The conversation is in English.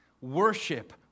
Worship